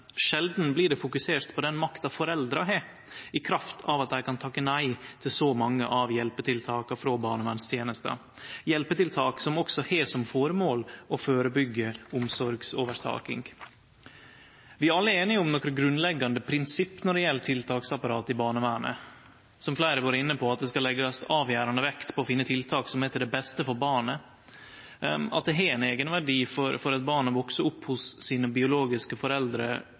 blir sjeldan fokusert på den makta foreldra har i kraft av at dei kan takke nei til så mange av hjelpetiltaka frå barnevernstenesta – hjelpetiltak som også har som føremål å førebyggje omsorgsovertaking. Vi er alle einige om nokre grunnleggjande prinsipp når det gjeld tiltaksapparatet i barnevernet, som fleire har vore inne på: At det skal leggjast avgjerande vekt på å finne tiltak som er til det beste for barnet, at det har ein eigenverdi for eit barn å vekse opp hos dei biologiske